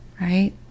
right